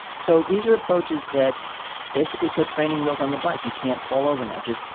so these are approaches that basically put training wheels on the bike. you can't fall over now. just, you